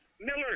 Miller